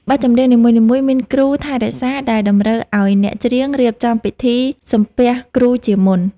បទចម្រៀងនីមួយៗមានគ្រូ ថែរក្សា ដែលតម្រូវឱ្យអ្នកច្រៀងរៀបចំពិធីសំពះគ្រូជាមុន។